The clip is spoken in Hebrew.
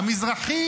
והמזרחי?